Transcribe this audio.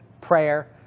prayer